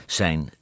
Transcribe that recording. zijn